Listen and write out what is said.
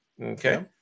Okay